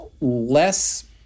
less